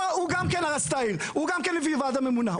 הוא גם כן על הסטייל, הוא גם כן הביא ועדה ממונה.